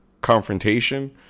confrontation